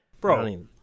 Bro